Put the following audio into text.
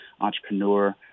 entrepreneur